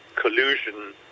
collusion